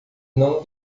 não